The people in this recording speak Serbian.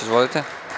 Izvolite.